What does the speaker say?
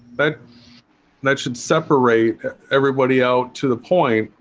but that should separate everybody out to the point